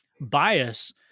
bias